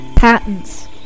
Patents